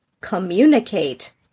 communicate